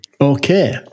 Okay